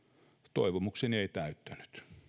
toivomukseni ei täyttynyt